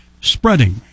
Spreading